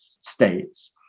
states